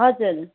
हजुर